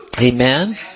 Amen